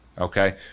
okay